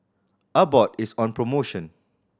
Abbott is on promotion